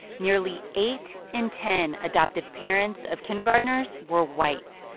nearly eight in ten adoptive parents of kindergartners were white.